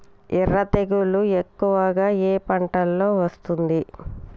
ఎర్ర తెగులు ఎక్కువగా ఏ పంటలో వస్తుంది?